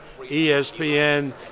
ESPN